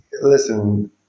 Listen